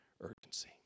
urgency